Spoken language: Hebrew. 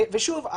ושוב,